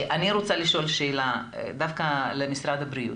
אני רוצה לשאול שאלה, דווקא למשרד הבריאות,